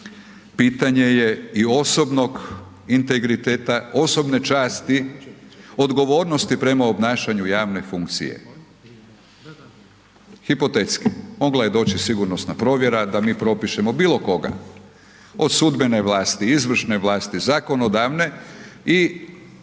pitanje je i osobnog integriteta, osobne časti, odgovornosti prema obnašanju javne funkcije. Hipotetski, mogla je doći sigurnosna provjera, da mi propišemo bilo koga. Od sudbene vlasti, izvršne vlasti, zakonodavne i